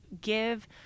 give